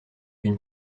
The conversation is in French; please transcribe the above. une